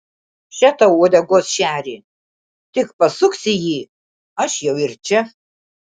še tau uodegos šerį tik pasuksi jį aš jau ir čia